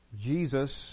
Jesus